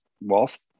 whilst